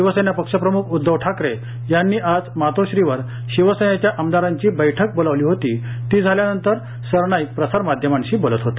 शिवसेनापक्षप्रमुख उद्धव ठाकरे यांनी आज मातोश्रीवर शिवसेनेच्या आमदारांची बैठक बोलावलीहोती ती झाल्यानंतर सरनाईक प्रसारमाध्यमांशी बोलत होते